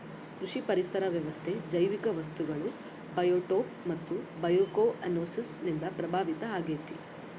ಕೃಷಿ ಪರಿಸರ ವ್ಯವಸ್ಥೆ ಜೈವಿಕ ವಸ್ತುಗಳು ಬಯೋಟೋಪ್ ಮತ್ತು ಬಯೋಕೊಯನೋಸಿಸ್ ನಿಂದ ಪ್ರಭಾವಿತ ಆಗೈತೆ